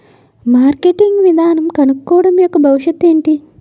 Marketing విధానం కనుక్కోవడం యెక్క భవిష్యత్ ఏంటి?